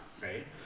right